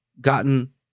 gotten